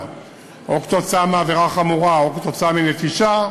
או כתוצאה מעבירה חמורה או כתוצאה מנטישה,